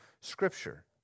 Scripture